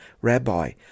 Rabbi